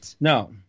No